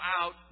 out